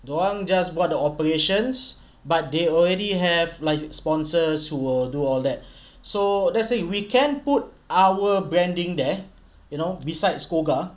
dia orang just buat the operations but they already have like sponsors will do all that so let's say we can put our branding there you know besides SCOGA